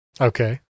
okay